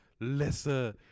lesser